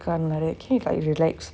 can't நிறைய:niraiya keep lah you relax